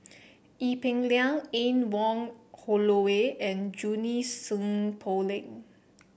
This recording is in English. Ee Peng Liang Anne Wong Holloway and Junie Sng Poh Leng